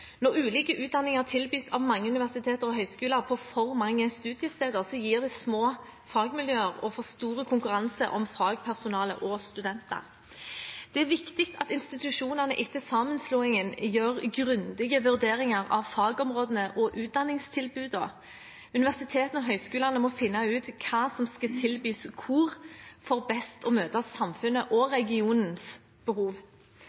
Når ulike utdanninger tilbys av mange universiteter og høyskoler på for mange studiesteder, gir det små fagmiljøer og for stor konkurranse om fagpersonale og studenter. Det er viktig at institusjonene etter sammenslåingene gjør grundige vurderinger av fagområdene og utdanningstilbudene. Universitetene og høyskolene må finne ut hva som tilbys hvor, for best å møte samfunnets – og regionens – behov.